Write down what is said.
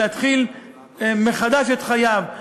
להתחיל מחדש את חייו,